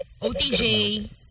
OTJ